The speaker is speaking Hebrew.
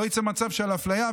לא יצא מצב של אפליה,